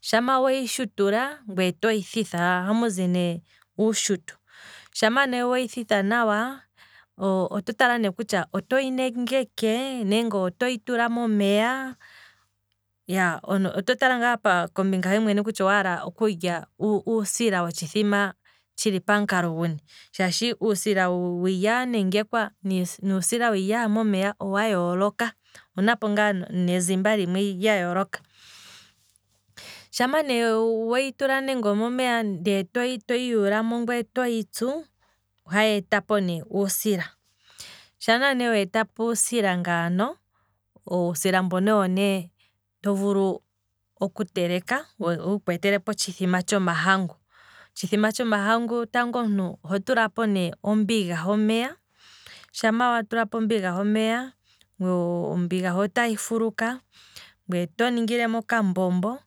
Shama weyi shutula, ngweye otoyi thitha amuzi ne uushutu. shama ne weyi thitha nawa oto tala kutya otoyi nengeke otoyi tula momeya, iyaaa, oto tala ngaa ne ngweye mwene kutya owaala okulya otshithima tshili pamukalo guni, shaashi uusila wiilya ya nengekwa nuusila wiilya yaha momeya owa yooloka, owunapo ngaa nezimba limwe lya yooloka, shama ne weyi tula nande omo meya ngweye otoyi yuulamo ngweye otoyi tsu, ohaye tapo ne uusila, shama ne wetapo uusila ngaano, uusilambono owo nee to vulu okuteleka, wu kweetelepo otshithima tsho mahangu, otshithima tsho mahangu tango omuntu oho tulapo ne ombiga ho meya, shama wa tulapo ombiga homeya, omiga ho otahi fuluka, ngweye oto ningilemo oka mbombo,